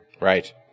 Right